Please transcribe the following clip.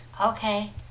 Okay